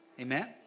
Amen